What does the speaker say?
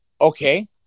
Okay